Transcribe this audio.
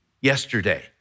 yesterday